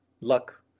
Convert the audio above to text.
luck